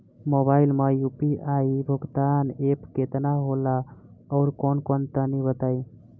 Mobile म UPI भुगतान app केतना होला आउरकौन कौन तनि बतावा?